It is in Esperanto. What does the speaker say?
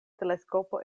teleskopo